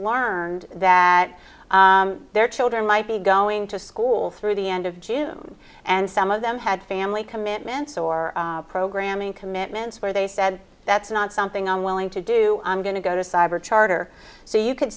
learned that their children might be going to school through the end of june and some of them had family commitments or programming commitments where they said that's not something i'm willing to do i'm going to go to cyber charter so you c